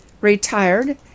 retired